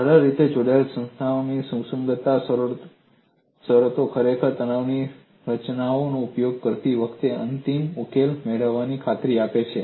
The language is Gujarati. સરળ રીતે જોડાયેલ સંસ્થાઓમાં સુસંગતતા શરતો ખરેખર તણાવની રચનાનો ઉપયોગ કરતી વખતે અંતિમ ઉકેલ મેળવવાની ખાતરી આપે છે